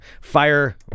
fire